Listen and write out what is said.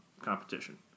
competition